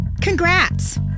Congrats